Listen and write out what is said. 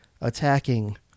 attacking